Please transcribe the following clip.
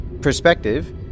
perspective